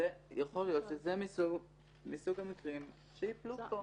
יכול להיות שזה מסוג המקרים שייפלו פה.